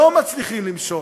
לא מצליחים למשול.